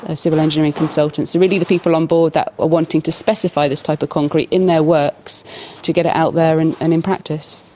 ah civil engineering consultants, really the people on board that are wanting to specify this type of concrete in their works to get it out there and and in practice.